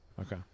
okay